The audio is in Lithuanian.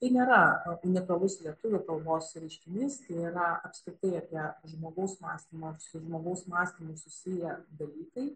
tai nėra unikalus lietuvių kalbos reiškinys tai yra apskritai apie žmogaus mąstymo su žmogaus mąstymu susiję dalykai